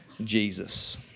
Jesus